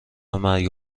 مرگ